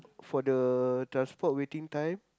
for the transport waiting time